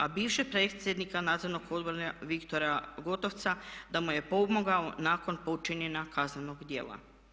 A bivšeg predsjednika Nadzornog odbora Viktora Gotovca da mu je pomogao nakon počinjenja kaznenog djela.